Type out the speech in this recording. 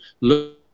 look